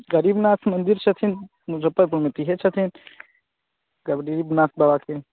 गरीबनाथ मन्दिर छथिन मुझफ्फरपुरमे तऽ इहे छथिन गरीबनाथ बाबाके